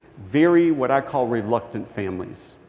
very what i call reluctant families.